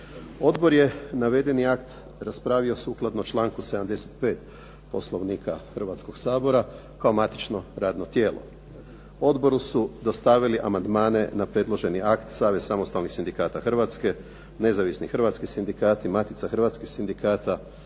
Odbor je navedeni akt raspravio sukladno članku 75. Poslovnika Hrvatskoga sabora, kao matično radno tijelo. Odboru su dostavili amandmane na predloženi akt Savez samostalnih sindikata Hrvatske, Nezavisni hrvatski sindikati, Matica Hrvatskih sindikata,